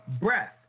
breath